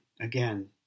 Again